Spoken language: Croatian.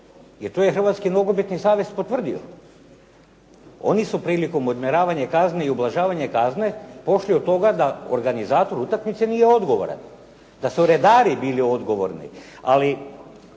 jer to je Hrvatski nogometni savez potvrdio, oni su prilikom odmjeravanja kazni i ublažavanja kazni pošli od toga da organizator utakmice nije odgovoran. Da su redari bili odgovorni.